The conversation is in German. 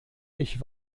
ich